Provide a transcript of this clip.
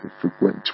frequent